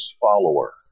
follower